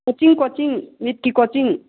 coaching coaching ꯅꯤꯠꯀꯤ coaching